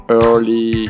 early